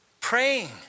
Praying